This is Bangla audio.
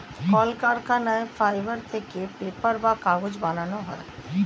কলকারখানায় ফাইবার থেকে পেপার বা কাগজ বানানো হয়